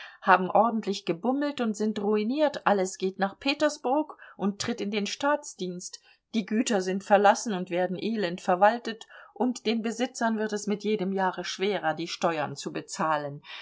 haben ordentlich gebummelt und sind ruiniert alles geht nach petersburg und tritt in den staatsdienst die güter sind verlassen und werden elend verwaltet und den besitzern wird es mit jedem jahre schwerer die steuern zu bezahlen